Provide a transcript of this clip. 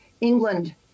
England